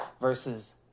versus